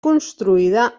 construïda